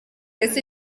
ese